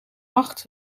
acht